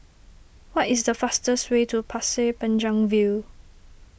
what is the fastest way to Pasir Panjang View